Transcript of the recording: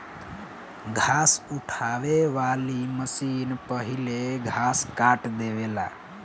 घास उठावे वाली मशीन पहिले घास काट देवेला